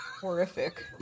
horrific